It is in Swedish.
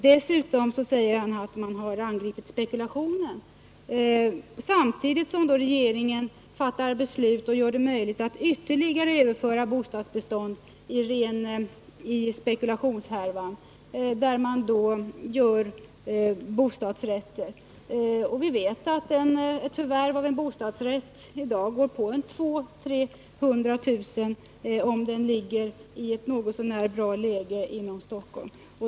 Dessutom säger han att man har angripit spekulationen — samtidigt som regeringen fattar beslut om att göra det möjligt att föra in ytterligare delar av bostadsbeståndet i spekulationshärvan genom bildande av bostadsrätter. Vi vet att ett förvärv av en bostadsrätt i dag kostar 200 000-300 000 kr., om bostaden ligger i ett något så när bra läge inom Stockholm.